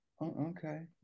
Okay